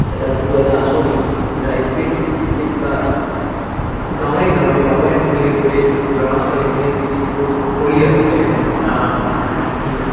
এটা যিটো এটা আঁচনি ৰাজ্যিক ভিত্তিত বা গাঁৱে গাঁৱে গাঁৱে ভূঞে গৈ ল'ৰা ছোৱালীখিনিক যিটো কৰি আছে যিখিনি